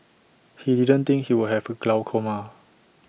he didn't think he would have glaucoma